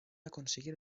aconseguir